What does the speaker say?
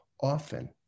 often